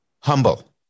humble